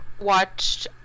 watched